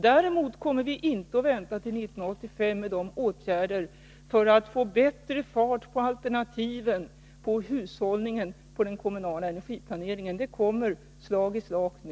Däremot kommer vi inte att vänta till 1985 med åtgärder för att få bättre fart på alternativen beträffande hushållningen och den kommunala energiplaneringen. Förslag om sådana åtgärder kommer slag i slag nu.